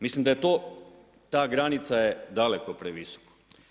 Mislim da je ta granica daleko previsoko.